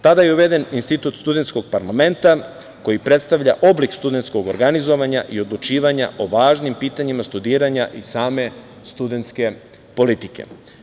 Tada je uveden institut studentskog parlamenta koji predstavlja oblik studentskog organizovanja i odlučivanja o važnim pitanjima studiranja i same studentske politike.